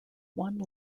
one